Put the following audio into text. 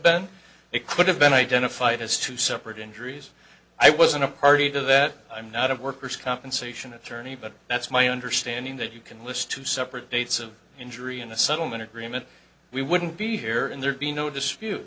been it could have been identified as two separate injuries i was in a party to that i'm not of workers compensation attorney but that's my understanding that you can list two separate dates of injury in the settlement agreement we wouldn't be here and there be no dispute